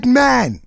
man